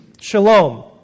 Shalom